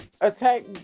attack